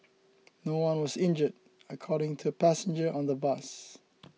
no one was injured according to a passenger on the bus